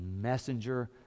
messenger